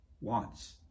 wants